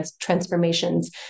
transformations